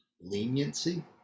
Leniency